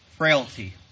frailty